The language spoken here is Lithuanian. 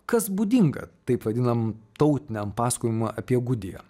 kas būdinga taip vadinam tautiniam pasakojimui apie gudiją